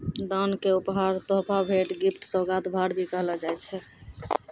दान क उपहार, तोहफा, भेंट, गिफ्ट, सोगात, भार, भी कहलो जाय छै